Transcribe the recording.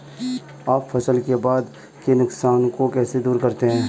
आप फसल के बाद के नुकसान को कैसे दूर करते हैं?